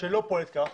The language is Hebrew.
שלא פועלת כך,